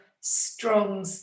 strong